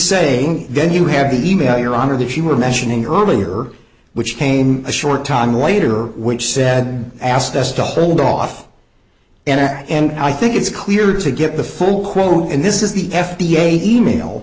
saying then you have the e mail your honor that you were mentioning earlier which came a short time later which said asked us to hold off and i think it's clear to get the full quote and this is the f d a e mail